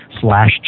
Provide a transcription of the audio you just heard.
slash